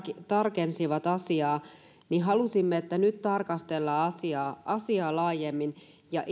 tarkennettiin asiaa niin halusimme että nyt tarkastellaan asiaa asiaa laajemmin ja